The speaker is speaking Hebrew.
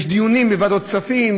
יש דיונים בוועדת הכספים,